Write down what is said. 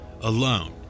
alone